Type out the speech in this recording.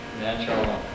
natural